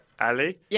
Ali